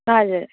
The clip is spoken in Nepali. हजुर